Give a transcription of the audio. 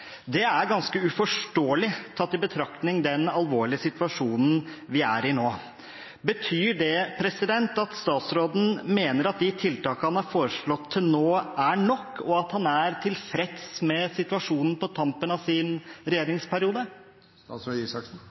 Det er ganske uforståelig, tatt i betraktning den alvorlige situasjonen vi er i nå. Betyr det at statsråden mener at de tiltakene han har foreslått til nå, er nok, og at han er tilfreds med situasjonen på tampen av sin